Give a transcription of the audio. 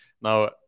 Now